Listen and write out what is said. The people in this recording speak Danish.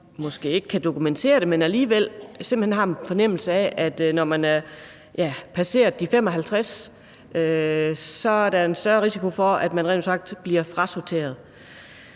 måske ikke kan dokumentere det, men hvor man alligevel har en fornemmelse af, at når man har passeret de 55 år, så er der en større risiko for, at man rent ud sagt bliver frasorteret.